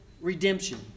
redemption